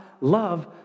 love